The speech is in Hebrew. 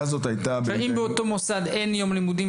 האם באותו מוסד אין יום לימודים,